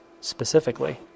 specifically